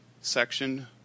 section